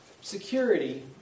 Security